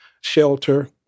shelter